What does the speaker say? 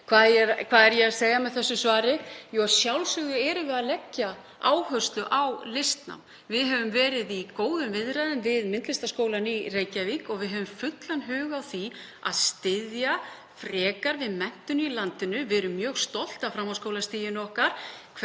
Hvað er ég að segja með þessu svari? Jú, að sjálfsögðu erum við að leggja áherslu á listnám. Við höfum verið í góðum viðræðum við Myndlistaskólann í Reykjavík og við höfum fullan hug á því að styðja frekar við menntun í landinu. Við erum mjög stolt af framhaldsskólastiginu okkar,